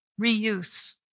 Reuse